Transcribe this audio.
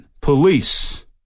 police